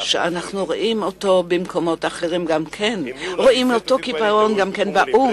רואים אותו קיפאון גם באו"ם.